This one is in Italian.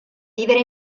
vivere